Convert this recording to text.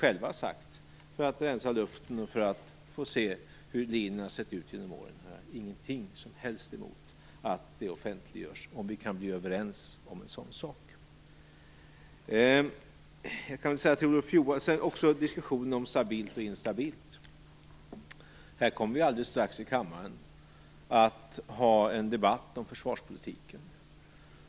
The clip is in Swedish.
Men för att rensa luften och för att se hur linjen har sett ut genom åren har jag ingenting som helst emot att det offentliggörs vad vi själva har sagt, om vi kan bli överens om en sådan sak. Olof Johansson talade om stabilitet och instabilitet. Vi kommer alldeles strax i kammaren att ha en debatt om försvarspolitiken.